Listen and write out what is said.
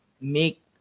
make